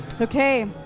Okay